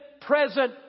present